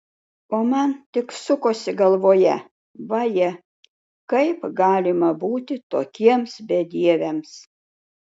o man tik sukosi galvoje vaje kaip galima būti tokiems bedieviams